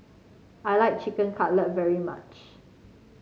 I like Chicken Cutlet very much